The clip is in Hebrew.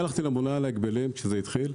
הלכתי לממונה על ההגבלים כשזה התחיל.